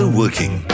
working